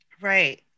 Right